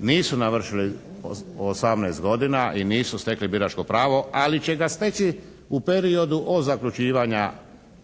nisu navršili 18 godina i nisu stekli biračko pravo, ali će ga steći u periodu od zaključivanja